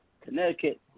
Connecticut